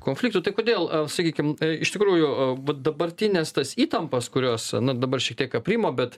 konfliktų tai kodėl sakykim iš tikrųjų dabartines tas įtampas kurios dabar šitiek aprimo bet